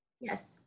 yes